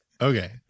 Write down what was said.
Okay